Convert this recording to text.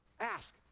Ask